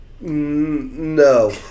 No